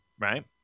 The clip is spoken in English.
right